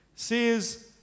says